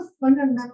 fundamental